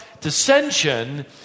dissension